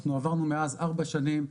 אנחנו עברנו מאז ארבע שנים,